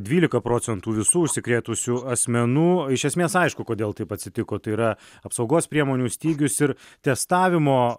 dvylika procentų visų užsikrėtusių asmenų iš esmės aišku kodėl taip atsitiko tai yra apsaugos priemonių stygius ir testavimo